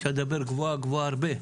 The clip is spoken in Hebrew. אפשר לדבר גבוהה-גבוהה הרבה.